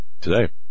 Today